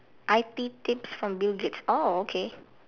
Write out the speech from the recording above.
I_T tips from bill-gates oh okay